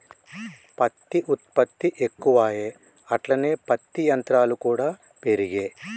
పత్తి ఉత్పత్తి ఎక్కువాయె అట్లనే పత్తి యంత్రాలు కూడా పెరిగే